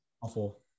Awful